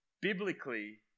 Biblically